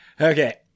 Okay